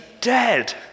dead